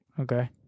Okay